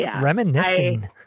reminiscing